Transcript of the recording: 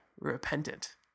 repentant